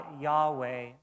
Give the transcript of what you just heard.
Yahweh